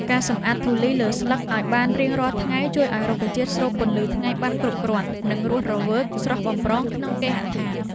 ការសម្អាតធូលីលើស្លឹកឱ្យបានរាល់ថ្ងៃជួយឱ្យរុក្ខជាតិស្រូបពន្លឺថ្ងៃបានគ្រប់គ្រាន់ និង រស់រវើកស្រស់បំព្រងក្នុងគេហដ្ឋាន។